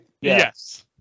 Yes